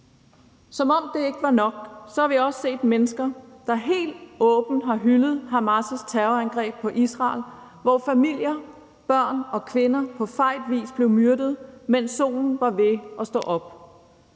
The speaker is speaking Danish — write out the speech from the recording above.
Som om det ikke var nok, har vi også set mennesker, der helt åbent har hyldet Hamas' terrorangreb på Israel, hvor familier, børn og kvinder på fej vis blev myrdet, mens solen var ved at stå op.